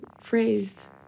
phrased